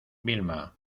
vilma